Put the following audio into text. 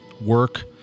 work